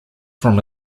from